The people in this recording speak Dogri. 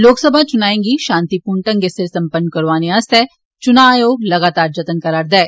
लोकसभा चुनाएं गी शान्तिपूर्ण ढंगै सिर सम्पन्न करौआने आस्तै चुना आयोग लगातार जत्न करा'रदा ऐ